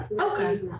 Okay